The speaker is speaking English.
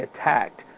attacked